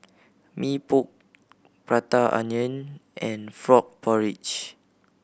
Mee Pok Prata Onion and frog porridge